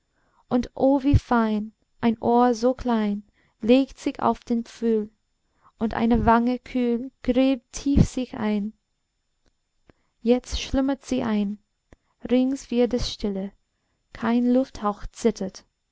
und o wie fein ein ohr so klein legt sich auf den pfühl und eine wange kühl gräbt tief sich ein jetzt schlummert sie ein rings wird es stille kein lufthauch zittert